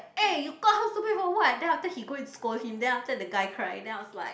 eh you call her stupid for what then after he go and scold him then after the guy cry then I was like